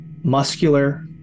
muscular